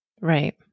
Right